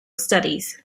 studies